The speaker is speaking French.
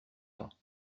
temps